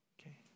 okay